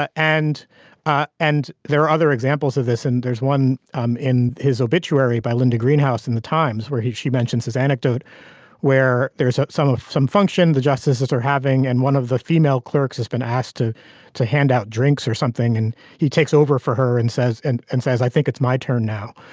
ah and ah and there are other examples of this and there's one um in his obituary by linda greenhouse in the times where he she mentions this anecdote where there's some of some function the justices are having and one of the female clerks has been asked to to hand out drinks or something and he takes over for her and says and and says i think it's my turn now.